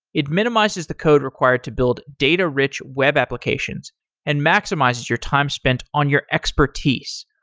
it minimizes the code required to build data-rich web applications and maximizes your time spent on your expertise.